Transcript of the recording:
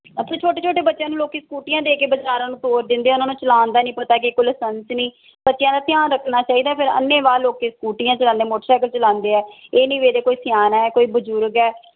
ਅੱਛਾ ਛੋਟੇ ਛੋਟੇ ਬੱਚਿਆਂ ਨੂੰ ਲੋਕ ਸਕੂਟੀਆਂ ਦੇ ਕੇ ਬਜ਼ਾਰਾਂ ਨੂੰ ਤੋਰ ਦਿੰਦੇ ਉਹਨਾਂ ਨੂੰ ਚਲਾਉਣ ਦਾ ਨਹੀਂ ਪਤਾ ਕਿਸੇ ਕੋਲ ਲਾਸੰਸ ਨਹੀਂ ਬੱਚਿਆਂ ਦਾ ਧਿਆਨ ਰੱਖਣਾ ਚਾਹੀਦਾ ਫਿਰ ਅੰਨ੍ਹੇਵਾਹ ਲੋਕੀ ਸਕੂਟੀਆਂ ਚਲਾਉਂਦੇ ਮੋਟਰਸਾਈਕਲ ਚਲਾਉਂਦੇ ਆ ਇਹ ਨਹੀਂ ਵੇਖਦੇ ਕੋਈ ਸਿਆਣਾ ਹੈ ਕੋਈ ਬਜ਼ੁਰਗ ਹੈ